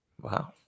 Wow